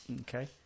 Okay